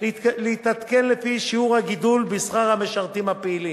להתעדכן לפי שיעור הגידול בשכר המשרתים הפעילים,